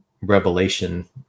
revelation